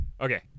okay